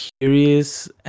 curious